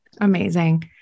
Amazing